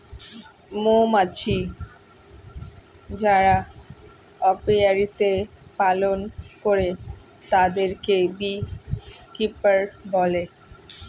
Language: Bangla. মৌমাছি যারা অপিয়ারীতে পালন করে তাদেরকে বী কিপার বলে